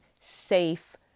safe